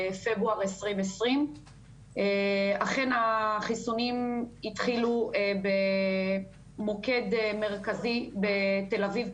בפברואר 2020. אכן החיסונים התחילו במוקד מרכזי בתל אביב,